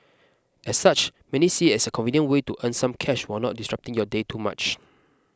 as such many see it as a convenient way to earn some cash while not disrupting your day too much